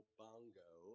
bongo